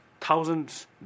thousands